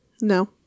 No